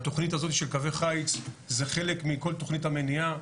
התכנית הזאת של קווי חיץ זה חלק מכל תכנית המניעה,